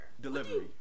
Delivery